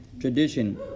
tradition